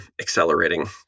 accelerating